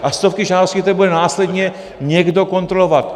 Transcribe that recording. A stovky žádostí, které bude následně někdo kontrolovat.